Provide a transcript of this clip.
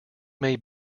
may